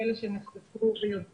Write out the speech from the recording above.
אלה שנחשפו ויודעים